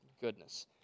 goodness